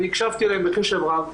אני הקשבתי אליהם בקשב רב.